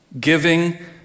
giving